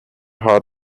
heart